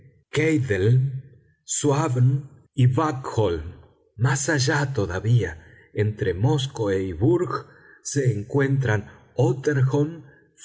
búckholm más allá todavía entre móskoe y vurrgh se encuentran